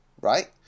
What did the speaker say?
right